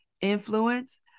influence